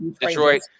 Detroit